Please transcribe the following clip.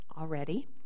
already